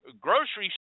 grocery